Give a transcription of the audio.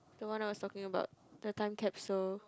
don't want I was talking about the time capsule